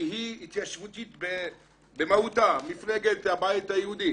שהיא התיישבותית במהותה, מפלגת הבית היהודי,